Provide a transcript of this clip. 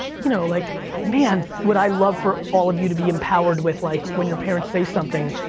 you know like man, would i love for all of you to be empowered with like, when your parents say something,